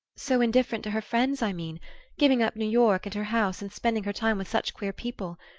so indifferent to her friends, i mean giving up new york and her house, and spending her time with such queer people.